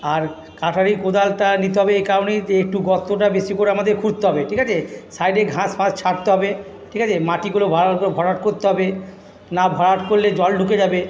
আর কাটারি কোদালটা নিতে হবে এই কারণেই যে একটু গর্তটা বেশি করে আমাদের খুঁড়তে হবে ঠিক আছে সাইডে ঘাস ফাস ছাঁটতে হবে ঠিক আছে মাটিগুলো ভালো করে ভরাট করতে হবে না ভরাট করলে জল ঢুকে যাবে